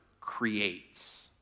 creates